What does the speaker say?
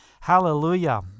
Hallelujah